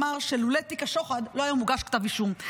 אמר שלולא תיק השוחד לא היה מוגש כתב אישום.